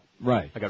Right